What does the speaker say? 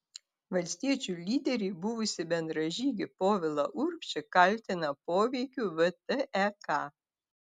valstiečių lyderiai buvusį bendražygį povilą urbšį kaltina poveikiu vtek